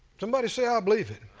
somebody say i believe it.